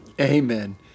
Amen